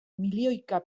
milioika